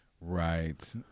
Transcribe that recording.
Right